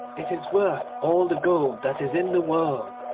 it is worth all the gold that is in the world,